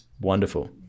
wonderful